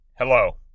Hello